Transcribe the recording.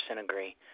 agree